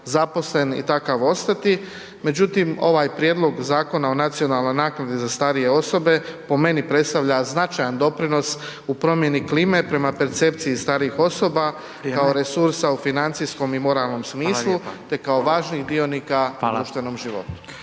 zaposlen i takav ostati. Međutim, ovaj prijedlog Zakona o nacionalnoj naknadi za starije osobe po meni predstavlja značajan doprinos u promijeni klime prema percepciji starijih osoba kao resursa u financijskom i moralnom smislu, te kao važnih dionika u društvenom životu.